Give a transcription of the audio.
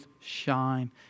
shine